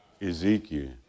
Ezekiel